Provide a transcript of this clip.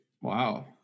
Wow